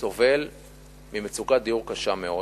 סובל ממצוקת דיור קשה מאוד,